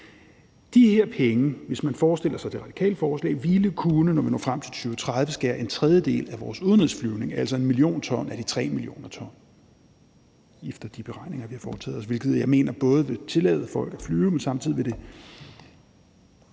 De her penge, hvis man forestiller sig det radikale forslag, ville, når vi når frem til 2030, kunne skære en tredjedel af vores udenrigsflyvnings udledning, altså 1 mio. t af de 3 mio. t, efter de beregninger, vi har foretaget os, hvilket jeg mener både vil tillade folk at flyve, men samtidig vil man